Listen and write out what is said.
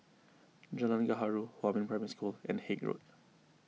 Jalan Gaharu Huamin Primary School and Haig Road